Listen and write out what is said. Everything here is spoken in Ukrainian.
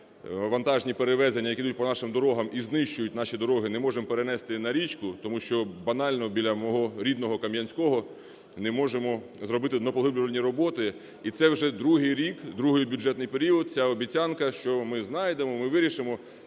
вантажні перевезення, які ідуть по нашим дорогам і знищують наші дороги, не можемо перенести на річку, тому що банально біля мого рідного Кам'янського не можемо зробити днопоглиблювальні роботи. І це вже другий рік, другий бюджетний період ця обіцянка, що ми знайдемо, ми вирішимо.